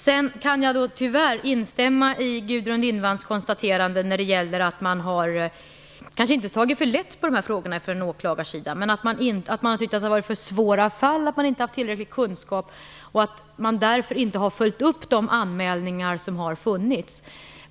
Sedan kan jag tyvärr instämma i Gudrun Lindvalls konstaterande när det gäller åklagarsidan, som kanske inte har tagit för lätt på dessa frågor men som har tyckt att det har varit för svåra fall, att man inte haft tillräcklig kunskap och att man därför inte har följt upp de anmälningar som har gjorts.